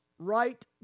right